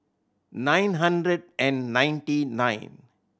nine hundred and ninety nine